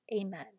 Amen